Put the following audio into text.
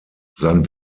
sein